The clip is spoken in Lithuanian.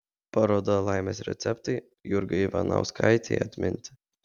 paroda laimės receptai jurgai ivanauskaitei atminti